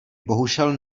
bohužel